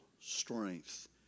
strength